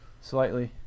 Slightly